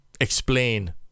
explain